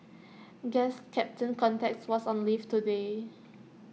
guess captain context was on leave today